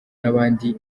n’abandi